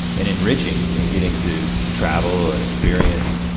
and enriching and getting to travel and experience,